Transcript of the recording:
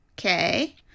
Okay